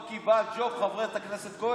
עברית אתם יודעים?